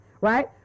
right